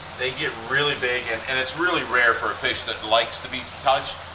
they get really big and and it's really rare for a fish that likes to be touched.